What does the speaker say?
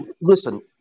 listen